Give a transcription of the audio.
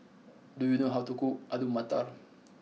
do you know how to cook Alu Matar